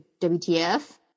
WTF